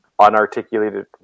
unarticulated